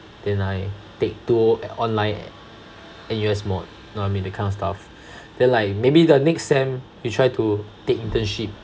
then I take two online N_U_S mod know what I mean that kind of stuff then like maybe the next sem you try to take internship